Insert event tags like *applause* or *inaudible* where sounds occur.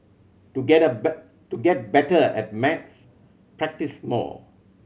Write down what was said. to get *unintelligible* to get better at maths practise more